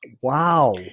Wow